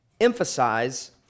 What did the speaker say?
emphasize